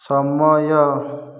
ସମୟ